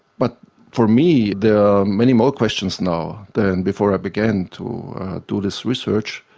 but for me there are many more questions now than before i began to do this research.